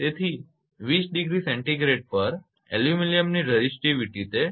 તેથી 20°𝐶 પર એલ્યુમિનિયમની રેઝિસ્ટિવિટી તે 0